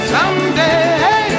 Someday